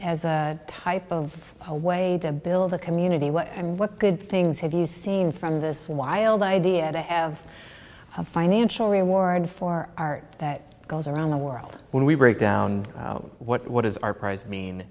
as a type of a way to build a community what and what good things have you seen from this wild idea to have a financial reward for art that goes around the world when we break down what is our prized mean